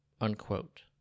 Unquote